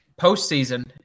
Postseason